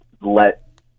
let